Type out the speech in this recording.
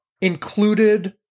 Included